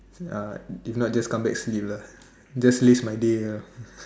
uh if not just come back sleep [lah[ just laze my day ah